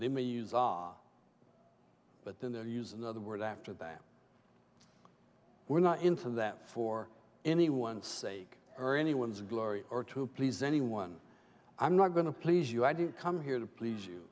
they may use our but then their use another word after that we're not into that for anyone's sake or anyone's glory or to please anyone i'm not going to please you i didn't come here to please you